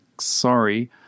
Sorry